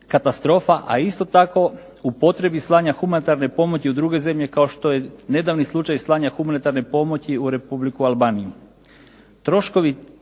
a isto tako u potrebi slanja humanitarne pomoći u druge zemlje kao što je nedavni slučaj slanja humanitarne pomoći u Republiku Albaniju.